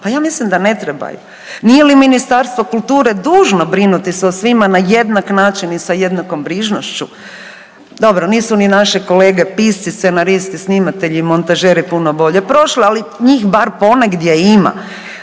Pa ja mislim da ne trebaju. Nije li Ministarstvo kulture dužno brinuti se o svima na jednak način i sa jednakom brižnošću? Dobro nisu ni naše kolege pisci, scenaristi, snimatelji, montažeri puno bolje prošli, ali njih bar ponegdje ima,